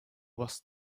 was